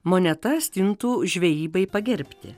moneta stintų žvejybai pagerbti